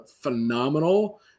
phenomenal